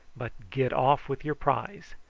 but get off with your prize.